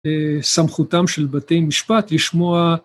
סמכותם של בתי משפט לשמוע